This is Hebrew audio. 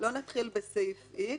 לא נתחיל בסעיף X,